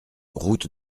route